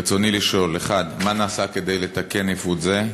רצוני לשאול: 1. מה נעשה כדי לתקן עיוות זה?